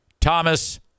Thomas